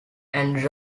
and